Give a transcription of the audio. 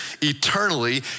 eternally